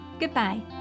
Goodbye